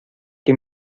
que